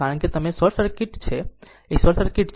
કારણ કે તે એક શોર્ટ સર્કિટ છે તે એક શોર્ટ સર્કિટ છે